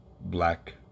black